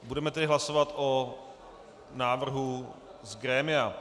Budeme tedy hlasovat o návrhu z grémia.